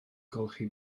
golchi